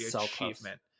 achievement